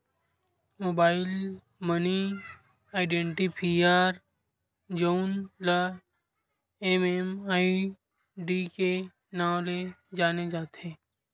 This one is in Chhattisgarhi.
मोबाईल मनी आइडेंटिफायर जउन ल एम.एम.आई.डी के नांव ले जाने जाथे